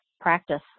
practice